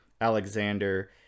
Alexander